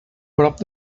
prop